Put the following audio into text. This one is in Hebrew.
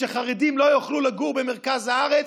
שחרדים לא יוכלו לגור במרכז הארץ,